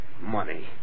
Money